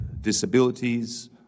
disabilities